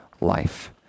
life